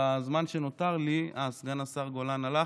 בזמן שנותר לי, סגן השר גולן הלך?